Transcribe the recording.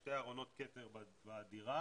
שני ארונות כתר בדירה,